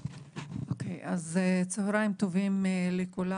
צהריים טובים לכולם.